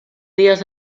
dies